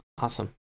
Awesome